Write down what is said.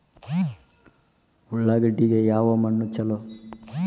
ಉಳ್ಳಾಗಡ್ಡಿಗೆ ಯಾವ ಮಣ್ಣು ಛಲೋ?